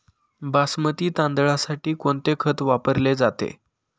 बासमती तांदळासाठी कोणते खत वापरले जाते?